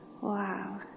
Wow